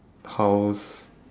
house